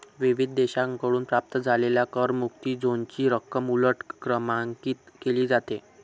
विविध देशांकडून प्राप्त झालेल्या करमुक्त झोनची रक्कम उलट क्रमांकित केली जाते